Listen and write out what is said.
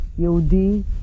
Yehudi